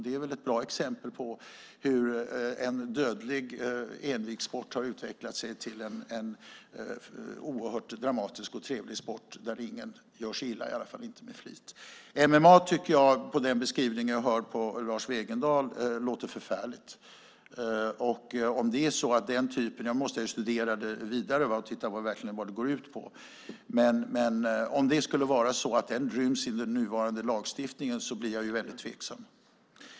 Det är väl ett bra exempel på hur en dödlig envigssport har utvecklat sig till en oerhört dramatisk och trevlig sport där ingen gör sig illa, i alla fall inte med flit. MMA tycker jag, på den beskrivning jag hör från Lars Wegendal, låter förfärligt. Jag måste studera det vidare och titta vad det går ut på. Om den skulle rymmas under den nuvarande lagstiftningen blir jag väldigt tveksam.